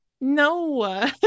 No